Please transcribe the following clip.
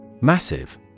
Massive